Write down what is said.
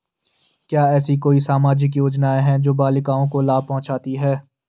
क्या ऐसी कोई सामाजिक योजनाएँ हैं जो बालिकाओं को लाभ पहुँचाती हैं?